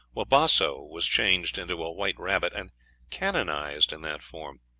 wabasso was changed into a white rabbit, and canonized in that form.